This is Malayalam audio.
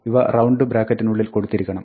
ഇവ റൌണ്ട് ബ്രാക്കറ്റിനുള്ളിൽ കൊടുത്തിരിക്കണം